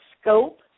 scope